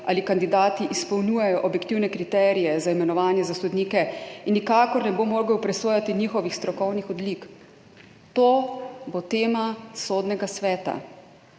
ali kandidati izpolnjujejo objektivne kriterije za imenovanje za sodnike in nikakor ne bo mogel presojati njihovih strokovnih odlik. To bo tema Sodnega sveta,